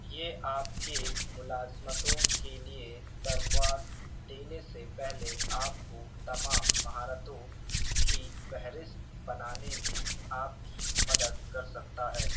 یہ آپ کے ملازمتوں کے لیے درخواست دینے سے پہلے آپ کو تمام مہارتوں کی فہرست بنانے میں آپ کی مدد کر سکتا ہے